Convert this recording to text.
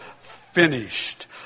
finished